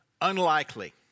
Unlikely